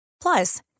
Plus